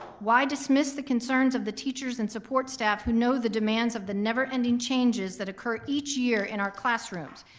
why dismiss the concerns of the teachers and support staff who know the demands of the never ending changes that occur each year in our classrooms?